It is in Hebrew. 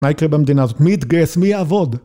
מי יקרה במדינה הזאת? מי יתגייס? מי יעבוד?